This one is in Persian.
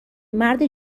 مرد